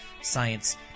science